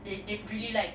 they they really like